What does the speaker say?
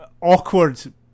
awkward